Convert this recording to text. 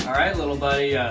right little buddy,